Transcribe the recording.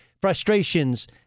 frustrations